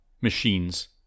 Machines